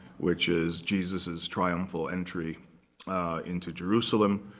which is jesus's triumphal entry into jerusalem.